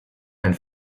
and